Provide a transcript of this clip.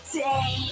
day